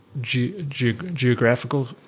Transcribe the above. geographical